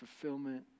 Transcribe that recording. fulfillment